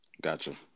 gotcha